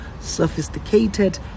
sophisticated